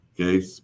okay